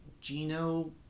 gino